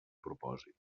propòsit